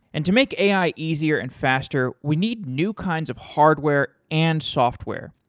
and to make ai easier and faster, we need new kinds of hardware and software,